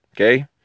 okay